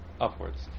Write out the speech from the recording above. upwards